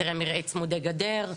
היתרי מרעה צמודי גדר.